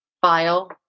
file